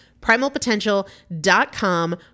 Primalpotential.com